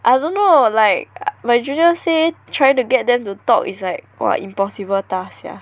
I don't know like my junior say trying to get them to talk is like !wah! impossible task sia